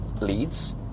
leads